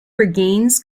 regains